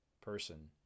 person